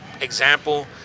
example